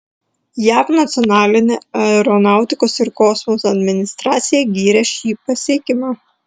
jav nacionalinė aeronautikos ir kosmoso administracija gyrė šį pasiekimą